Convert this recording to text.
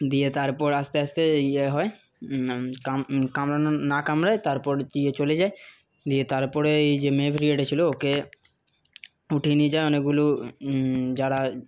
দিয়ে তারপর আস্তে আস্তে ইয়ে হয় না কামড়ানোর না কামড়ায় তারপর দিয়ে চলে যায় দিয়ে তারপরে এই যে মেয়ে ভেড়িয়াটা ছিলো ওকে উঠিয়ে নিয়ে যায় অনেকগুলো যারা